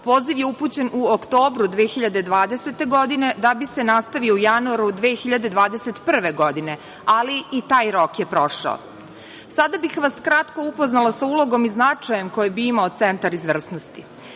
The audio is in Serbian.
Poziv je upućen u oktobru 2020. godine da bi se nastavio u januaru 2021. godine, ali i taj rok je prošao. Sada bih vas kratko upoznala sa ulogom i značajem koje bi imao Centar izvrsnosti.